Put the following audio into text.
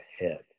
ahead